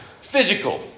physical